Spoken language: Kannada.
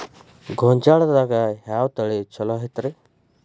ಗೊಂಜಾಳದಾಗ ಯಾವ ತಳಿ ಛಲೋ ಐತ್ರಿ?